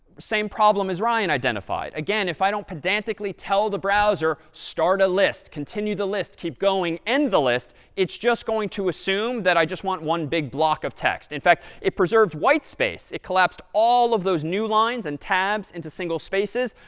same problem as ryan identified. again, if i don't pedantically tell the browser, start a list, continue the list, keep going, end the list, it's just going to assume that i just want one big block of text. in fact, it preserved white space. it collapsed all of those new lines and tabs into single spaces.